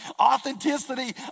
authenticity